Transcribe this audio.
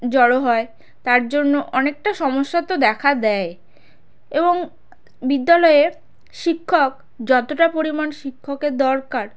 জড়ো হয় তার জন্য অনেকটা সমস্যা তো দেখা দেয় এবং বিদ্যালয়ে শিক্ষক যতটা পরিমাণ শিক্ষকের দরকার